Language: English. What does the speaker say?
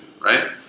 right